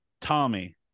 Tommy